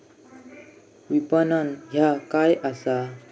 विपणन ह्या काय असा?